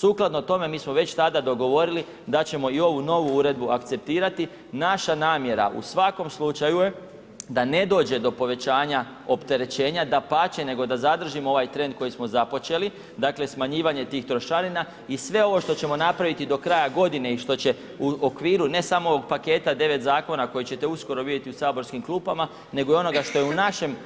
Sukladno tome, mi smo već tada dogovorili da ćemo i ovu novu uredbe akceptirati, naša namjera u svakom slučaju je da ne dođe do povećanja opterećenja, dapače, nego da zadržimo ovaj trend koji smo započeli, dakle smanjivanje tih trošarina i sve ovo što ćemo napraviti do kraja godine i što će u okviru ne samo ovog paketa 9 zakona koji ćete uskoro vidjeti u saborskim klupama, nego onoga što je u našem